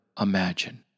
imagine